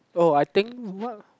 oh I think what